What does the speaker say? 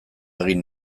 egin